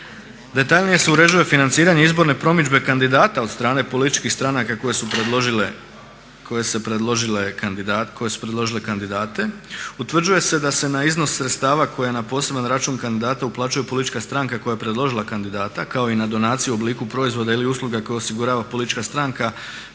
Detaljnije se uređuje financiranje izborne promidžbe kandidata od strane političkih stranaka koje su predložile kandidate utvrđuje se da se na iznos sredstava koja na poseban račun kandidata uplaćuje politička stranka koja je predložila kandidata, kao i na donacije u obliku proizvoda ili usluga koje osigurava politička stranka